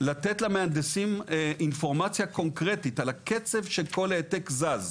לתת למהנדסים אינפורמציה קונקרטית על הקצב שכל העתק זז.